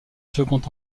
second